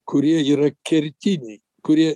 kurie yra kertiniai kurie